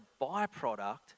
byproduct